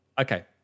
okay